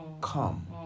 Come